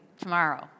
tomorrow